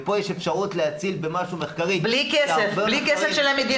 ופה יש אפשרות להציל במשהו מחקרית --- ובלי כסף מהמדינה.